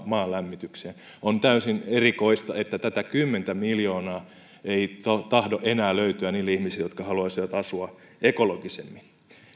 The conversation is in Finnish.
maalämmitykseen on täysin erikoista että tätä kymmentä miljoonaa ei tahdo enää löytyä niille ihmisille jotka haluaisivat asua ekologisemmin